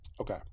Okay